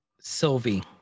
sylvie